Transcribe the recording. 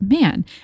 man